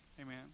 Amen